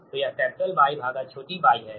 तो यह capital Y भागा छोटी y है